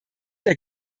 der